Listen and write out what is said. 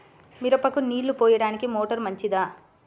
మిరపకు నీళ్ళు పోయడానికి మోటారు మంచిదా?